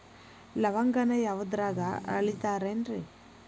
ಲವಂಗಾನ ಯಾವುದ್ರಾಗ ಅಳಿತಾರ್ ರೇ?